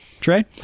Trey